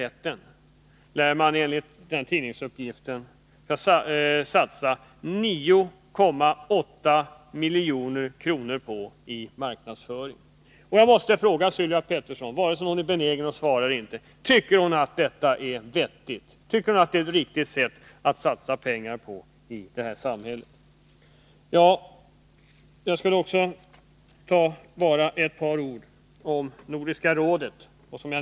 Enligt den här tidningsuppgiften skall man satsa 9,8 milj.kr. i marknadsföring av denna cigarett. Jag måste fråga Sylvia Pettersson vare sig hon är benägen att svara eller inte: Tycker hon att detta är vettigt? Tycker hon att det är ett riktigt sätt att satsa pengar på? Jag skulle till slut vilja säga ett par ord om Nordiska rådet.